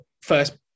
first